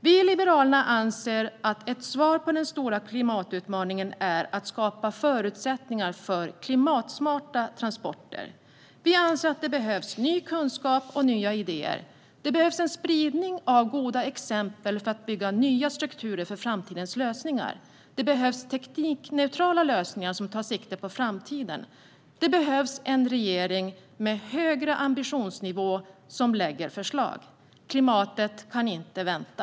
Vi i Liberalerna anser att ett svar på den stora klimatutmaningen är att skapa förutsättningar för klimatsmarta transporter. Vi anser att det behövs ny kunskap och nya idéer. Det behövs spridning av goda exempel för att bygga nya strukturer för framtidens lösningar. Det behövs teknikneutrala lösningar som tar sikte på framtiden. Det behövs en regering med högre ambitionsnivå som lägger fram förslag. Klimatet kan inte vänta.